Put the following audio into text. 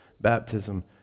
baptism